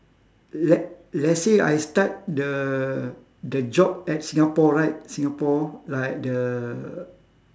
let let's say I start the the job at singapore right singapore like the